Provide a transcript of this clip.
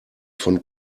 von